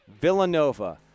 Villanova